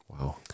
Wow